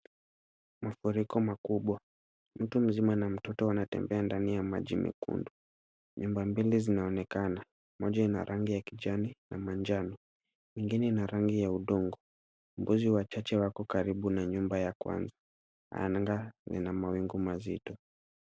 Mafuriko makubwa. Mtu mzima na mtoto wanatembea ndani ya maji mekundu. Nyumba mbili zinaonekana, moja ina rangi ya kijani na manjano, nyingine ina rangi ya udongo. Mbuzi wachache wako karibu na nyumba ya kwanza. Anga lina mawingu mazito.